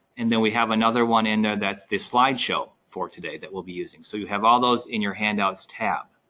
and then we have another one in there that's this slideshow for today that we'll be using. so, you have all those in your handouts tab.